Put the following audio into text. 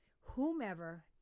whomever